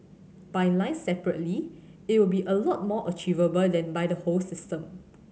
by line separately it'll be a lot more achievable than by the whole system